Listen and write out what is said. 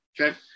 okay